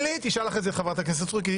תשאל אחרי זה את חברת הכנסת סטרוק.